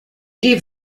gave